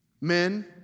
Men